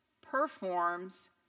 performs